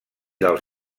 dels